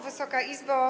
Wysoka Izbo!